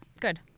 Good